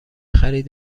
خرید